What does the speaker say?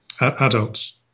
adults